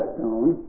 Stone